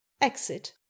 Exit